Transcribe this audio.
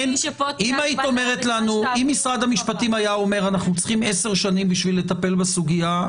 אם משרד המשפטים היה הוא אומר: אנחנו צריכים 10 שנים בשביל לטפל בסוגיה.